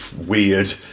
weird